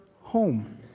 home